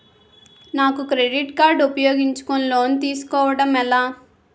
నాకు నా credit card ఉపయోగించుకుని లోన్ తిస్కోడం ఎలా?